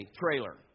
trailer